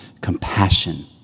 compassion